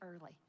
early